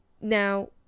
Now